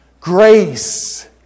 Grace